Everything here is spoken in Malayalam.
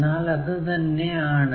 എന്നാൽ അത് തന്നെ ആണ്